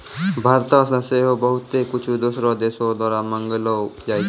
भारतो से सेहो बहुते कुछु दोसरो देशो द्वारा मंगैलो जाय छै